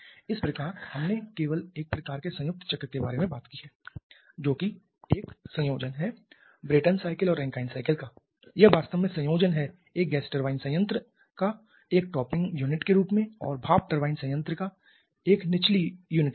इस प्रकार हमने केवल एक प्रकार के संयुक्त चक्र के बारे में बात की है जो कि एक संयोजन है ब्रेटन साइकिल और रैंकिन साइकिल का या वास्तव में संयोजन है एक गैस टरबाइन संयंत्र का एक टॉपिंग यूनिट के रूप में और भाप टरबाइन संयंत्र का निचले यूनिट के रूप में